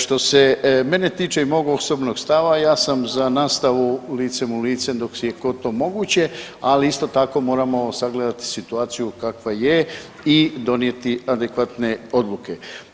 Što se mene tiče i mog osobnog stava ja sam za nastavu licem u lice dok je god to moguće, ali isto tako moramo sagledati situaciju kakva je i donijeti adekvatne odluke.